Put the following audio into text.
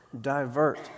divert